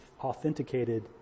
authenticated